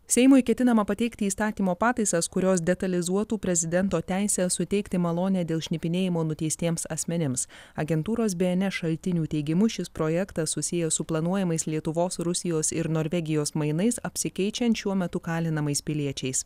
seimui ketinama pateikti įstatymo pataisas kurios detalizuotų prezidento teisę suteikti malonę dėl šnipinėjimo nuteistiems asmenims agentūros bns šaltinių teigimu šis projektas susijęs su planuojamais lietuvos rusijos ir norvegijos mainais apsikeičiant šiuo metu kalinamais piliečiais